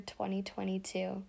2022